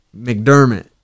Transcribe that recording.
McDermott